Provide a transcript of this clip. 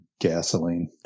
gasoline